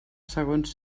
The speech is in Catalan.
segons